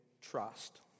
trust